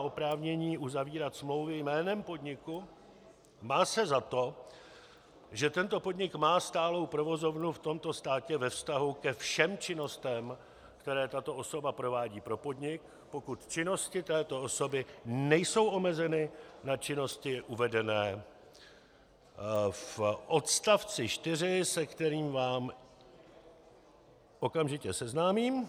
oprávnění uzavírat smlouvy jménem podniku, má se za to, že tento podnik má stálou provozovnu v tomto státě ve vztahu ke všem činnostem, které tato osoba provádí pro podnik, pokud činnosti této osoby nejsou omezeny na činnosti uvedené v odst. 4, se kterým vás okamžitě seznámím.